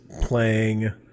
playing